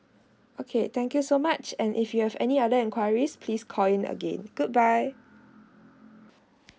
okay thank you so much and if you have any other enquiries please call in again good bye